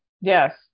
Yes